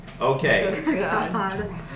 Okay